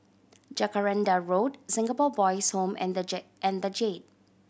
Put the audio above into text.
Jacaranda Road Singapore Boys' Home and the and The Jade